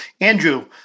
Andrew